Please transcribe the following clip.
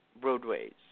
roadways